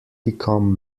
become